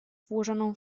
włożoną